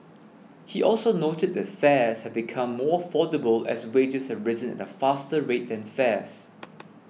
he also noted that fares have become more affordable as wages have risen at a faster rate than fares